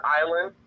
island